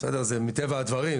מטבע הדברים.